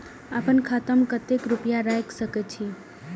आपन खाता में केते रूपया रख सके छी?